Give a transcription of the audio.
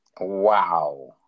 Wow